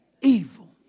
evil